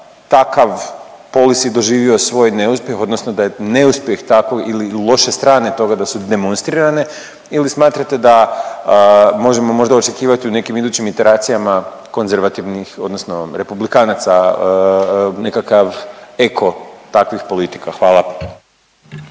takav policy doživio svoj neuspjeh odnosno da je neuspjeh takvog ili loše strane toga da su demonstrirane ili smatrate da možda možemo očekivati u nekim idućim iteracijama konzervativnih odnosno republikanaca nekakva eko takvih politika. Hvala.